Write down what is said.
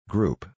Group